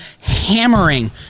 hammering